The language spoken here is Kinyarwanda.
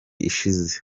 ishize